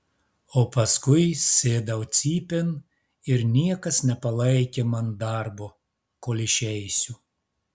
o paskui sėdau cypėn ir niekas nepalaikė man darbo kol išeisiu